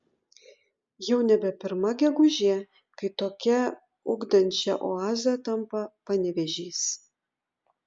jau nebe pirma gegužė kai tokia ugdančia oaze tampa panevėžys